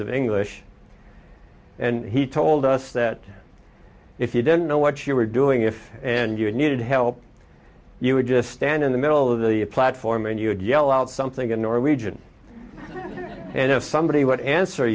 of english and he told us that if you didn't know what you were doing if and you needed help you would just stand in the middle of the platform and you would yell out something in norwegian and if somebody